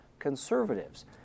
conservatives